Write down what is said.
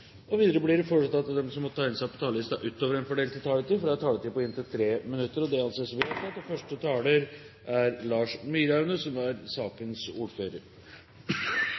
taletid. Videre blir det foreslått at de som måtte tegne seg på talerlisten utover den fordelte taletid, får en taletid på inntil 3 minutter. – Det anses vedtatt. Dette er ei sak som